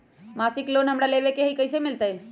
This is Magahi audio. मासिक लोन हमरा लेवे के हई कैसे मिलत?